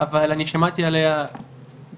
אבל אני שמעתי עליה במקרה,